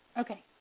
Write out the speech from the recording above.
Okay